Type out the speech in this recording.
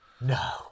No